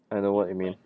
I know what you mean